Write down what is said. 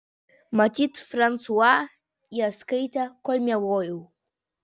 matyt fransua jas skaitė kol miegojau